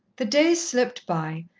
the days slipped by,